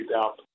up